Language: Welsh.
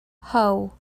how